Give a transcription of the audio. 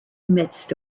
midst